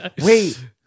wait